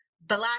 black